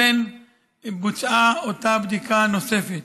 בוצעה אותה בדיקה נוספת.